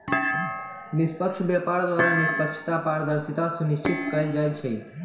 निष्पक्ष व्यापार द्वारा निष्पक्षता, पारदर्शिता सुनिश्चित कएल जाइ छइ